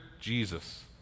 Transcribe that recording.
Jesus